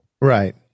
Right